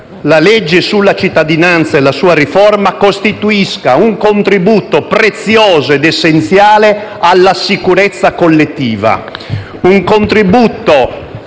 la legge sulla cittadinanza e la sua riforma costituiscano un contributo prezioso ed essenziale alla sicurezza collettiva;